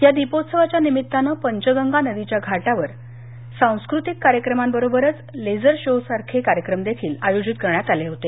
या दीपोत्सवाच्या निमित्ताने पंचगंगा नदीच्या घाटावर सांस्कृतिक कार्यक्रमांबरोबरच लेसर शो सारखे कार्यक्रमदेखील आयोजित करण्यात आले होते